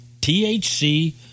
THC